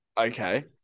Okay